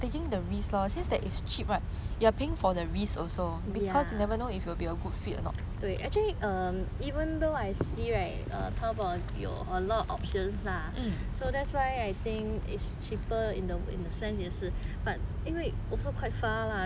ya 对 actually um even though I see right err tao bao a lot options lah so that's why I think it's cheaper in the sense 也是 but 因为 also quite far lah then some photos